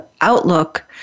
outlook